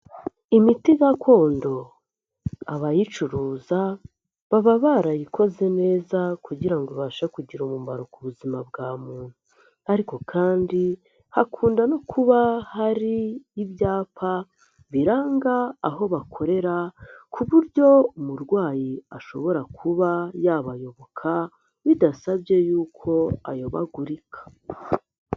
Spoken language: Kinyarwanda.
Imiti gakondo abayicuruza baba barayikoze neza kugira ngo ibashe kugira umumaro ku buzima bwa muntu, ariko kandi hakunda no kuba hari ibyapa biranga aho bakorera, ku buryo umurwayi ashobora kuba yabayoboka bidasabye yuko ayobagurika.